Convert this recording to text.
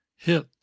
Hit